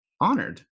Honored